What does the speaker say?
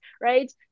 right